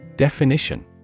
Definition